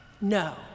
No